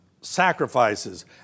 sacrifices